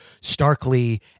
starkly